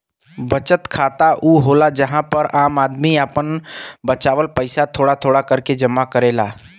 बचत खाता ऊ होला जहां पर आम आदमी आपन बचावल पइसा थोड़ा थोड़ा करके जमा करेला